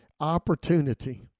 opportunity